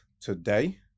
today